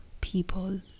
people